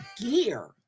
gear